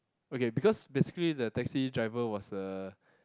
okay because basically the taxi driver was a